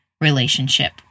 relationship